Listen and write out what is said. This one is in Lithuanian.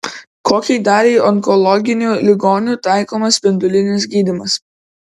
kokiai daliai onkologinių ligonių taikomas spindulinis gydymas